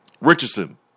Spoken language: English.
Richardson